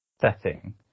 setting